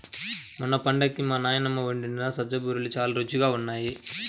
మొన్న పండక్కి మా నాన్నమ్మ వండిన సజ్జ బూరెలు చాలా రుచిగా ఉన్నాయి